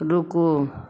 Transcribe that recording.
रुकु